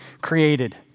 created